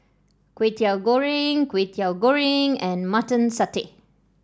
Kway Teow Goreng Kway Teow Goreng and Mutton Satay